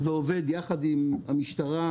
ועובדות יחד עם המשטרה,